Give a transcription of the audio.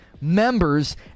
members